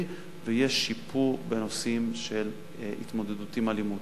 ויש שיפור בנושאים של התמודדות עם אלימות.